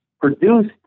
produced